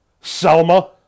Selma